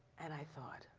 and i thought,